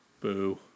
Boo